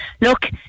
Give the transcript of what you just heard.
look